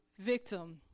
Victim